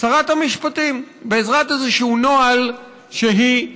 שרת המשפטים, בעזרת איזשהו נוהל שהיא המציאה.